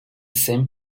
same